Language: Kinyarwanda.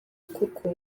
kuko